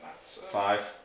Five